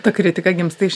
ta kritika gimsta iš